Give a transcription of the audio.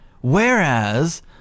Whereas